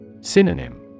Synonym